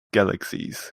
galaxies